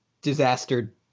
disaster